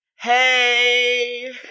Hey